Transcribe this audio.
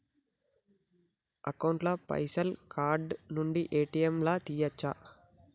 Account ల పైసల్ card నుండి ఏ.టి.ఎమ్ లా తియ్యచ్చా?